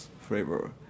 flavor